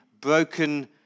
broken